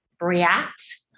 react